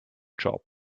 job